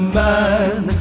man